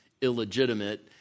illegitimate